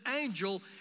angel